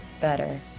better